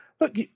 look